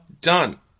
done